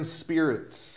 spirits